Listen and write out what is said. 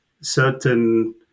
certain